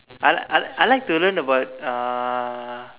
I I I like to learn about uh